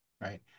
right